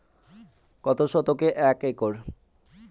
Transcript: কত শতকে এক একর?